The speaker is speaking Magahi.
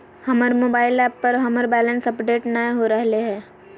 हमर मोबाइल ऐप पर हमर बैलेंस अपडेट नय हो रहलय हें